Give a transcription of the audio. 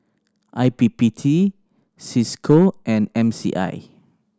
I P P T Cisco and M C I